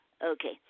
Okay